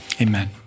Amen